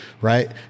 right